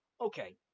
Okay